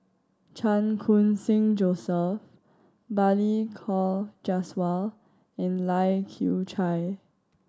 Chan Khun Sing Joseph Balli Kaur Jaswal and Lai Kew Chai